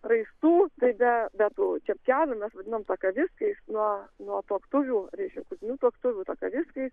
raistų tada be tų čepkelių mes vadinam takaviskais nuo nuo tuoktuvių reiškia kurtinių tuoktuvių takaviskais